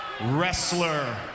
wrestler